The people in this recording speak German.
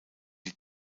die